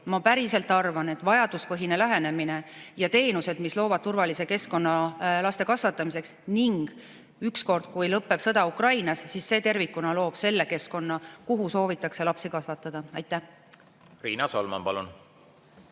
ma päriselt arvan, et vajaduspõhine lähenemine ja teenused, mis loovad turvalise keskkonna laste kasvatamiseks, ning see, kui ükskord lõpeb sõda Ukrainas, tervikuna loob selle keskkonna, kus soovitakse lapsi kasvatada. Riina Solman, palun!